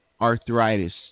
arthritis